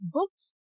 Books